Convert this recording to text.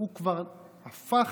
הוא כבר הפך,